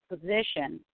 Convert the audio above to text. position